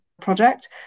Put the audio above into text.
project